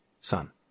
son